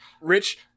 Rich